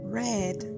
red